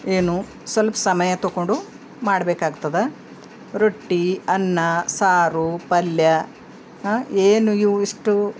ಏನು ಸ್ವಲ್ಪ ಸಮಯ ತೊಗೊಂಡು ಮಾಡಬೇಕಾಗ್ತದ ರೊಟ್ಟಿ ಅನ್ನ ಸಾರು ಪಲ್ಯ ಏನು ಇವು ಇಷ್ಟು